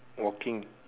walking